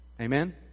Amen